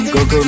GoGo